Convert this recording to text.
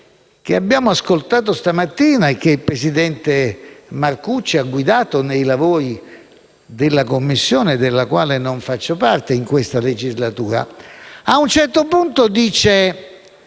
che abbiamo ascoltato stamattina e che il presidente Marcucci ha guidato nei lavori della Commissione, della quale non faccio parte in questa legislatura, a un certo punto dice